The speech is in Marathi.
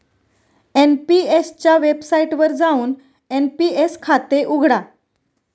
एन.पी.एस च्या वेबसाइटवर जाऊन एन.पी.एस खाते उघडा